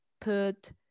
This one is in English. put